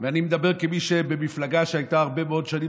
ואני מדבר כמי שממפלגה שהייתה הרבה מאוד שנים